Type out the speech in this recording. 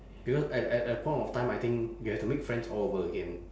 because at at that point of time I think you have to make friends all over again